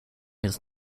his